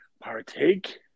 partake